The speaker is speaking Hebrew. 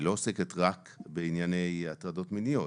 היא לא עוסקת רק בענייני הטרדות מיניות,